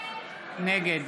נגד